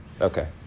Okay